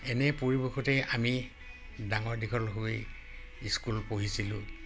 এনে পৰিৱেশতেই আমি ডাঙৰ দীঘল হৈ স্কুল পঢ়িছিলোঁ